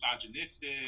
misogynistic